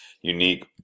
unique